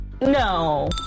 No